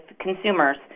consumers